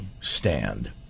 stand